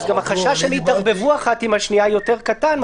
החשש שהן יתערבבו אחת עם השנייה יותר קטן,